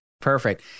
Perfect